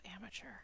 amateur